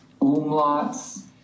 umlauts